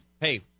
Hey